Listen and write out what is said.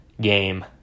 game